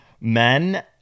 Men